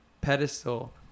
pedestal